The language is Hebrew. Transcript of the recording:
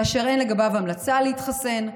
כאשר אין לגביו המלצה להתחסן,